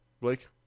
Blake